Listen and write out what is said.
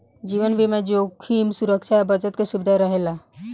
जीवन बीमा में जोखिम सुरक्षा आ बचत के सुविधा रहेला का?